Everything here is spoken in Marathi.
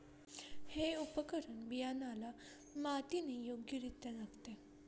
हे उपकरण बियाण्याला मातीने योग्यरित्या झाकते